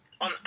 On